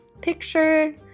picture